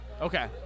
Okay